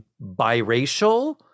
biracial